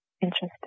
Interesting